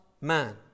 man